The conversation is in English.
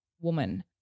woman